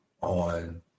on